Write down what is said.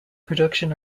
production